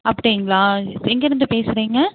அப்படிங்ளா எங்கே இருந்து பேசுகிறிங்க